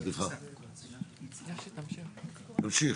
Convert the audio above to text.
תמשיך.